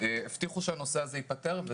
הבטיחו שהנושא הזה ייפתר.